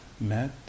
met